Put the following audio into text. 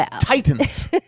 titans